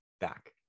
back